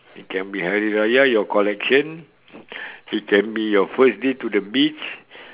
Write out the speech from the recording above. it can be hari raya your collection it can be your first day to the beach